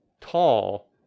tall